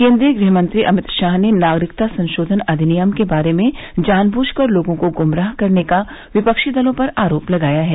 केन्द्रीय गृहमंत्री अमित शाह ने नागरिकता संशोधन अधिनियम के बारे में जानबुझकर लोगों को ग्मराह करने का विपक्षी दलों पर आरोप लगाया है